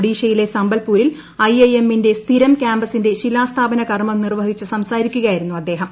ഒഡീഷയിലെ സമ്പൽപൂരിൽ ഐഐഎം ന്റെ സ്ഥിരം ക്യാമ്പസിന്റെ ശിലാസ്ഥാപന കർമം നിർവഹിച്ച് സംസാരിക്കുകയായിരുന്നു അദ്ദേഹം